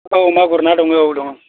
औ मागुर ना दङ औ दङ